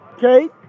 Kate